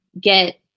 get